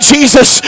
Jesus